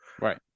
Right